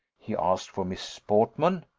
he asked for miss portman.